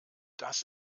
das